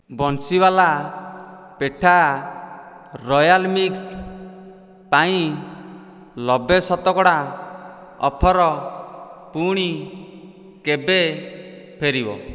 Bansiwala petha royal mix ପାଇଁ ନବେ ଶତକଡ଼ା ଅଫର୍ ପୁଣି କେବେ ଫେରିବ